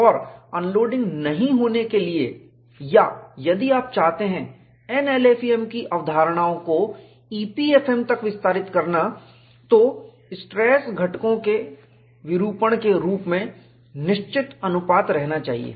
और अनलोडिंग नहीं होने के लिए या यदि आप चाहते हैं NLFM की अवधारणाओं को EPFM तक विस्तारित करना चाहते हैं तो स्ट्रेस घटकों को विरूपण के रूप में निश्चित अनुपात में रहना चाहिए